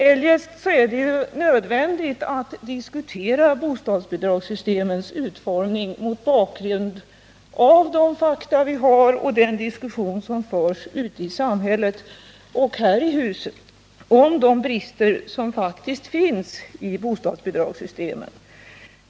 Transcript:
Eljest är det nödvändigt att diskutera bostadsbidragssystemets utformning mot bakgrund av de fakta vi har och den diskussion som förs ute i samhället och här i huset om de brister som faktiskt finns i bostadsbidragssystemet.